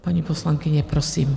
Paní poslankyně, prosím.